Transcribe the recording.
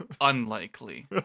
Unlikely